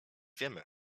wiemy